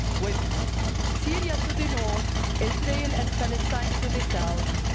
with syria to the north, israel and palestine to the south,